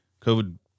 COVID